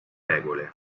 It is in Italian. regole